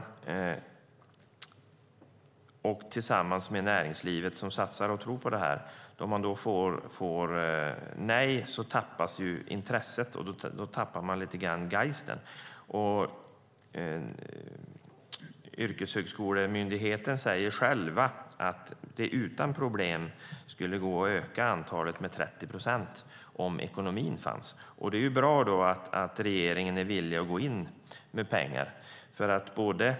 Det gör man tillsammans med näringslivet som satsar på och tror på det här. Vid ett nej tappar man intresset; lite grann tappar man geisten. Yrkeshögskolemyndigheten själv säger att det utan problem skulle gå att öka antalet med 30 procent om ekonomin fanns. Det är därför bra att regeringen är villig att gå in med pengar.